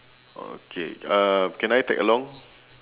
okay uh can I tag along